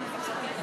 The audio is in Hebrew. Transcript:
היה,